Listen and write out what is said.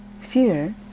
Fear